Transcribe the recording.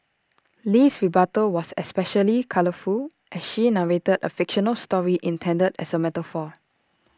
Lee's rebuttal was especially colourful as she narrated A fictional story intended as A metaphor